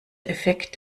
effekt